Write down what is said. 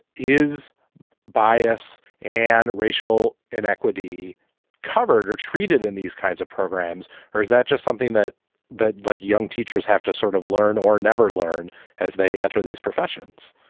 is bias and racial inequity covered or treated in these kinds of programs? or is that just something that that like young teachers have to sort of learn or never learn as they enter these professions?